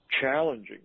challenging